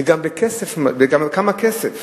וגם בכמה כסף,